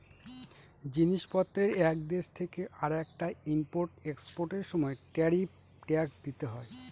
জিনিস পত্রের এক দেশ থেকে আরেকটায় ইম্পোর্ট এক্সপোর্টার সময় ট্যারিফ ট্যাক্স দিতে হয়